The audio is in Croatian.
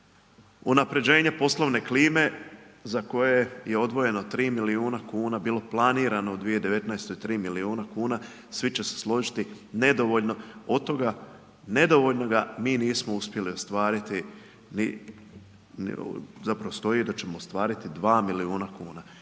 Unapređenje poslovne klime za koje je i odvojeno 3 milijuna kuna bilo planirano u 2019. 3 milijuna kuna, svi će se složiti nedovoljno od toga nedovoljnoga mi nismo uspjeli ostvariti ni, zapravo stoji da ćemo ostvariti 2 milijuna kuna.